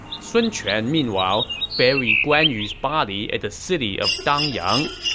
sun quan, meanwhile, buried guan yu's body at the city of dangyang.